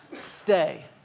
stay